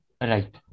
Right